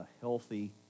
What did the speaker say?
healthy